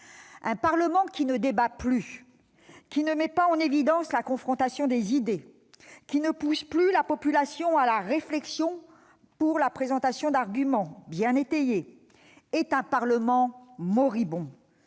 Un Parlement qui ne débat plus, qui ne met pas en évidence la confrontation des idées, qui ne pousse plus la population à la réflexion en présentant des arguments bien étayés est un Parlement moribond